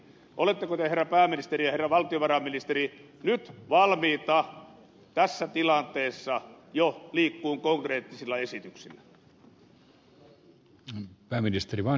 oletteko te herra pääministeri ja herra valtiovarainministeri nyt valmiita tässä tilanteessa jo liikkumaan konkreettisilla esityksillä